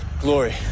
Glory